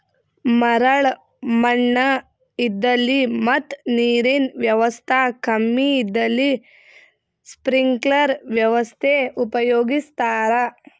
ಮರಳ್ ಮಣ್ಣ್ ಇದ್ದಲ್ಲಿ ಮತ್ ನೀರಿನ್ ವ್ಯವಸ್ತಾ ಕಮ್ಮಿ ಇದ್ದಲ್ಲಿ ಸ್ಪ್ರಿಂಕ್ಲರ್ ವ್ಯವಸ್ಥೆ ಉಪಯೋಗಿಸ್ತಾರಾ